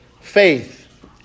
faith